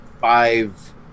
five